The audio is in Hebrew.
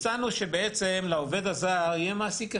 הצענו שלעובד הזר יהיה מעסיק אחד,